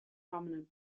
prominent